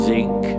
Zinc